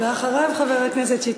ואחריו, חבר הכנסת שטרית.